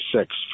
six